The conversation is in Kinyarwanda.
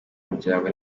muryango